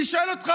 אני שואל אותך,